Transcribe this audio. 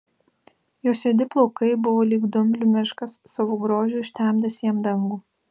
jos juodi plaukai buvo lyg dumblių miškas savo grožiu užtemdęs jam dangų